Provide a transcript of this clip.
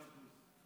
מאה אחוז.